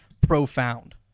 profound